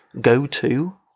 go-to